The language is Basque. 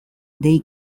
dei